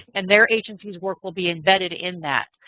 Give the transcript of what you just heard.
and their agency's work will be embedded in that.